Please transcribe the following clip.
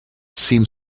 seemed